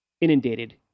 inundated